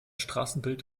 straßenbild